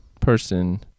person